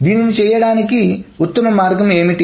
దీన్ని చేయడానికి ఉత్తమ మార్గం ఏమిటి